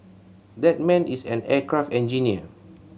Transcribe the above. that man is an aircraft engineer